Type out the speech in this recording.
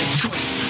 choice